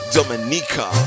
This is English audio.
Dominica